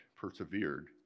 persevered